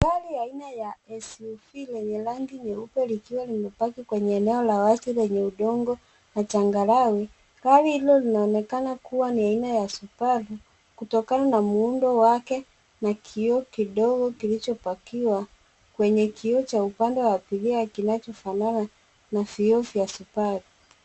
Gari aina ya SUV lenye rangi nyeupe likiwa limepaki kwenye eneo la wazi lenye udongo na changarawe. Gari hilo linaonekana kuwa ni aina ya Subaru kutokana na muundo wake na kioo kidogo kilichopakiwa kwenye kioo cha upande wa kulia, kinachofanana na vioo vya Subaru.